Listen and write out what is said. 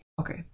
Okay